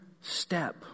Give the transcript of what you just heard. step